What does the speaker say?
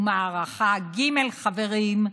ומערכה ג', חברים,